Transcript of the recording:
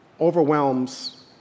overwhelms